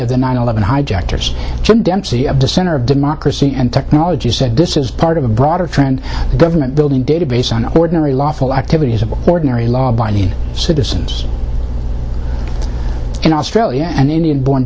of the nine eleven hijackers dempsey of the center of democracy and technology said this is part of a broader trend of government building database on ordinary lawful activities of ordinary law abiding citizens in australia and indian born